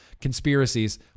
Conspiracies